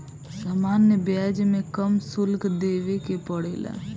सामान्य ब्याज में कम शुल्क देबे के पड़ेला